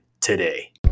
today